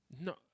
No